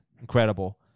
Incredible